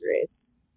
race